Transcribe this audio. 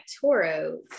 Toro